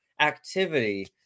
activity